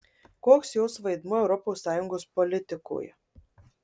koks jos vaidmuo europos sąjungos politikoje